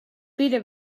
better